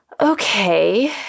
Okay